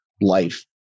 life